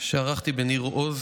שערכתי בניר עוז